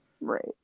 Right